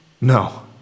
No